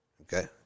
Okay